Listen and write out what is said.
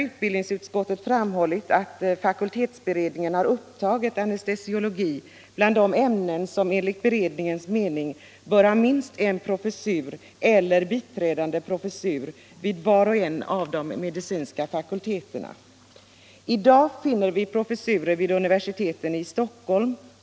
Utbildningsutskottet har framhållit att fakultetsberedningen har upptagit anestesiologi bland de ämnen som enligt beredningens mening bör ha minst en professur eller biträdande professur vid var och en av de medicinska fakulteterna.